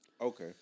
Okay